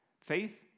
Faith